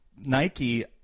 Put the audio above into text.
Nike